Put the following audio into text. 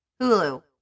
Hulu